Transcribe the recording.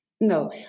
No